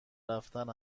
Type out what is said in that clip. رفتن